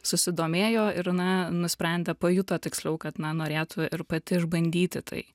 susidomėjo ir na nusprendė pajuto tiksliau kad na norėtų ir pati išbandyti tai